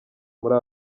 muri